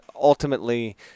ultimately